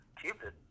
Cupid